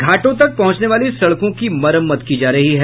घाटों तक पहुंचने वाली सड़कों की मरम्मत की जा रही है